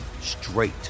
straight